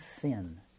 sin